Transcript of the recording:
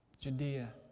Judea